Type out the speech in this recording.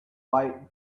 white